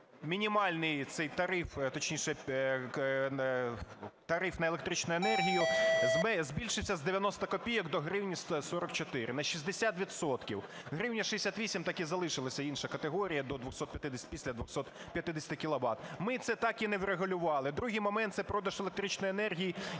мінімальний цей тариф, точніше, тариф на електричну енергію, збільшиться з 90 копійок до 1 гривні 44, на 60 відсотків, 1 гривня 68, так і залишилася, інша категорія - після 250 кіловат, ми це так і не врегулювали. Другий момент - це продаж електричної енергії